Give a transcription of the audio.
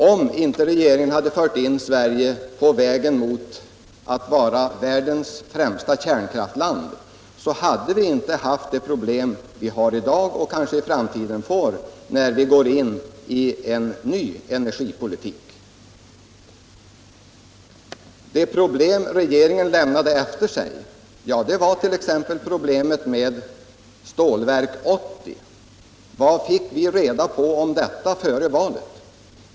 Om inte regeringen hade fört in Sverige på vägen mot att vara världens främsta kärnkraftsland hade vi inte haft de problem som vi har i dag och som vi kanske i framtiden får när vi går in i en ny energipolitik. De problem som regeringen lämnade efter sig var t.ex. problemet med Stålverk 80. Vad fick vi reda på om detta före valet?